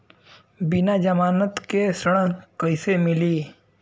बिना जमानत के ऋण कईसे मिली?